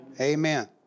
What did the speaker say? Amen